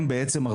הם בעצם,